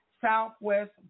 Southwest